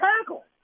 tackle